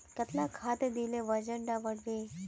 कतला खाद देले वजन डा बढ़बे बे?